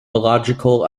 illogical